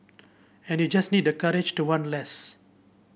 and you just need the courage to want less